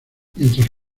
mientras